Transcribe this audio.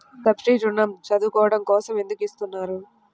Subsidy ఋణం చదువుకోవడం కోసం ఎందుకు ఇస్తున్నారు?